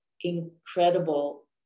incredible